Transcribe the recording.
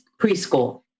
preschool